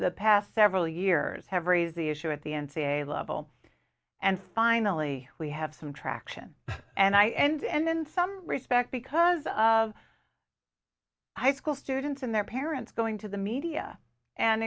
the past several years have raised the issue at the n c a a level and finally we have some traction and i and then some respect because of high school students and their parents going to the media and